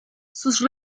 sus